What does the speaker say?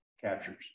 captures